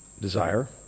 desire